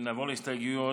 נעבור להסתייגויות.